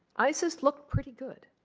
isis looked pretty good.